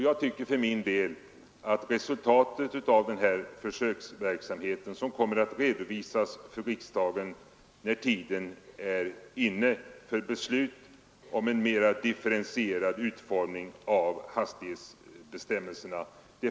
Jag tycker att man bör avvakta resultatet av den här försöksverksamheten, som kommer att redovisas för riksdagen när tiden är inne för beslut om en mera differentierad utformning av hastighetsbestämmelserna.